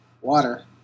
water